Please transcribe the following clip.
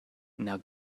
now